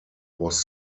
was